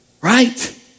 right